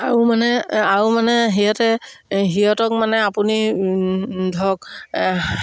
আৰু মানে আৰু মানে সিহঁতে সিহঁতক মানে আপুনি ধৰক